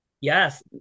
yes